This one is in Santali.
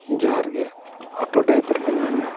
ᱦᱚᱦᱟᱨ ᱜᱮ ᱚᱴᱳ ᱰᱟᱭᱵᱷᱟᱨ ᱵᱮᱱ ᱢᱮᱱ ᱮᱫᱟ